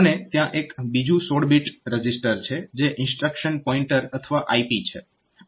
અને ત્યાં એક બીજું 16 બીટ રજીસ્ટર છે જે ઇન્સ્ટ્રક્શન પોઇન્ટર અથવા IP છે